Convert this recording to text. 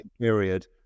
period